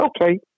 Okay